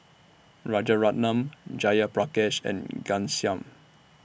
Rajaratnam Jayaprakash and Ghanshyam